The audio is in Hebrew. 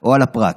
או על הפרט.